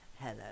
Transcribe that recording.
Hello